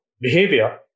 behavior